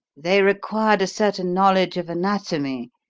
they required a certain knowledge of anatomy,